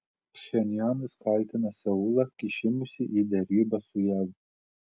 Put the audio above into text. pchenjanas kaltina seulą kišimusi į derybas su jav